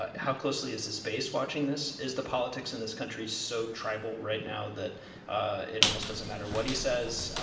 ah how closely is his base watching this? is the politics in this country so tribal right now that it almost doesn't matter what he says?